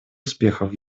успехов